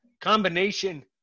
combination